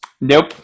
Nope